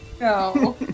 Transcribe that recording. No